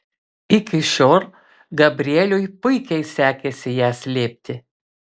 iki šiol gabrieliui puikiai sekėsi ją slėpti